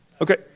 okay